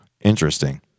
Interesting